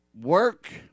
work